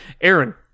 Aaron